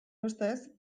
ustez